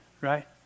right